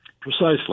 Precisely